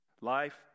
Life